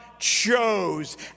chose